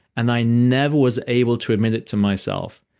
and i never was able to admit it to myself.